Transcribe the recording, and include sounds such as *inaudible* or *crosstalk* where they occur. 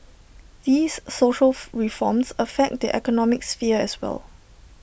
these social *noise* reforms affect the economic sphere as well